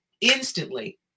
instantly